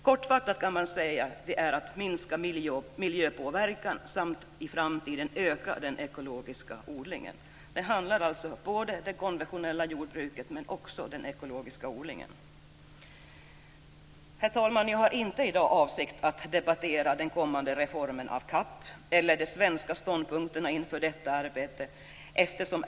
Kortfattat kan man säga att det gäller att minska miljöpåverkan samt i framtiden öka den ekologiska odlingen. Det handlar alltså om både det konventionella jordbruket och den ekologiska odlingen. Herr talman! Jag har inte för avsikt att i dag debattera den kommande reformen av CAP eller de svenska ståndpunkterna inför detta arbete.